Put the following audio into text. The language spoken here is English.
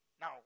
Now